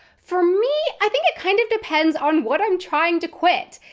for me, i think it kind of depends on what i'm trying to quit.